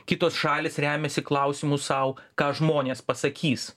kitos šalys remiasi klausimu sau ką žmonės pasakys